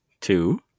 Two